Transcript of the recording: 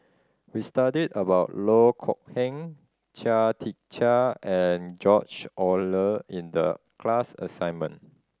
we studied about Loh Kok Heng Chia Tee Chiak and George Oehler in the class assignment